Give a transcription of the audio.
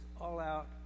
all-out